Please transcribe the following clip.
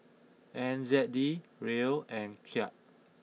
N Z D Riel and Kyat